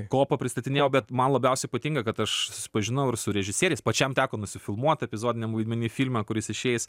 kopą pristatinėjau bet man labiausiai patinka kad aš susipažinau ir su režisieriais pačiam teko nusifilmuot epizodiniam vaidmeny filme kuris išeis